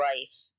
life